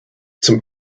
zum